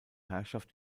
herrschaft